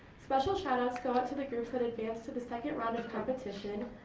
special shout outs go out to the groups that advanced to the second round of competition,